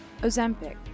Ozempic